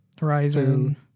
Horizon